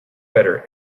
better